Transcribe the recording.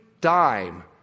dime